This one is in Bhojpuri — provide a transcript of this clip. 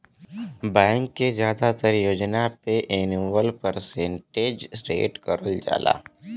बैंक के जादातर योजना पे एनुअल परसेंटेज रेट रखल जाला